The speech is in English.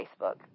Facebook